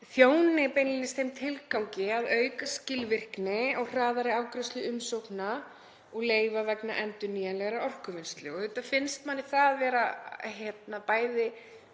þjóni beinlínis þeim tilgangi að auka skilvirkni og hraðari afgreiðslu umsókna og leyfa vegna endurnýjanlegrar orkuvinnslu. Auðvitað finnst manni það vera